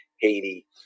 Haiti